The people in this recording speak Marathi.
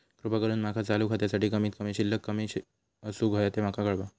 कृपा करून माका चालू खात्यासाठी कमित कमी शिल्लक किती असूक होया ते माका कळवा